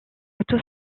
auto